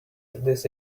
this